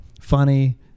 funny